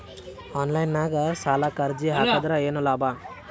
Online ನಾಗ್ ಸಾಲಕ್ ಅರ್ಜಿ ಹಾಕದ್ರ ಏನು ಲಾಭ?